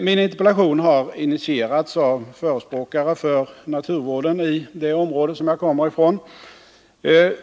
Min interpellation har initierats av förespråkare för naturvården i det område som jag kommer ifrån.